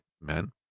men